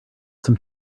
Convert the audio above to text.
some